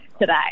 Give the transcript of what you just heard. today